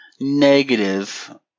negative